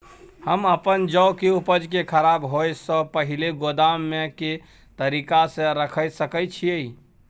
हम अपन जौ के उपज के खराब होय सो पहिले गोदाम में के तरीका से रैख सके छी?